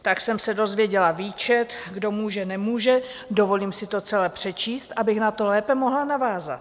Tak jsem se dozvěděla výčet, kdo může, nemůže, dovolím si to celé přečíst, abych na to lépe mohla navázat.